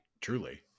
Truly